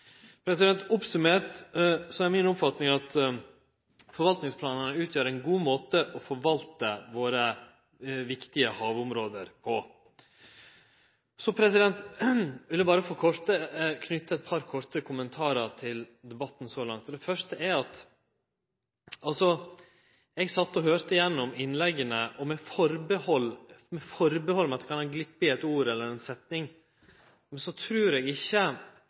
Oppsummert er mi oppfatning at forvaltingsplanane utgjer ein god måte å forvalte våre viktige havområde på. Så vil eg berre knyte eit par korte kommentarar til debatten så langt. Eg sat og høyrde på innlegga, og med atterhald om at det kan ha gloppe i eit ord eller ei setning, trur eg ikkje